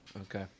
Okay